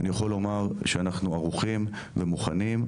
אני יכול לומר שאנחנו ערוכים ומוכנים,